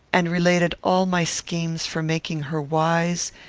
and related all my schemes for making her wise,